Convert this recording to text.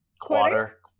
Quarter